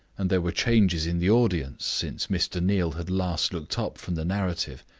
and there were changes in the audience, since mr. neal had last looked up from the narrative.